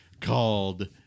Called